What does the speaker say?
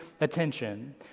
attention